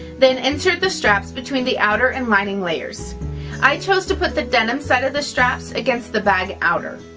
then insert the straps between the outer and lining layers i chose to put the denim sides of the straps against the bag outer.